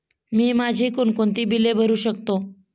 मी माझी कोणकोणती बिले भरू शकतो?